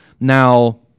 Now